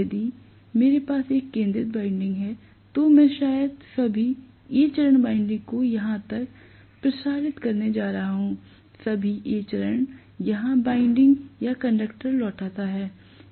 यदि मेरे पास एक केंद्रित वाइंडिंग है तो मैं शायद सभी A चरण वाइंडिंग को यहां पर प्रसारित करने जा रहा हूं सभी A चरण यहां वाइंडिंग या कंडक्टर लौटाता है